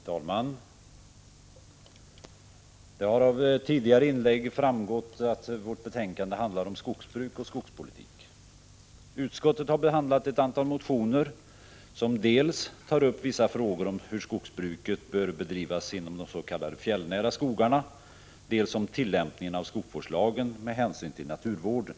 Fru talman! Det har av tidigare inlägg framgått att vårt betänkande handlar om skogsbruk och skogspolitik. Utskottet har behandlat ett antal motioner, som dels berör vissa frågor om hur skogsbruket bör bedrivas inom des.k. fjällnära skogarna, dels handlar om tillämpningen av skogsvårdslagen med hänsyn till naturvården.